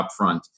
upfront